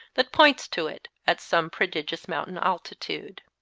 that points to it at some prodigious mountain altitude.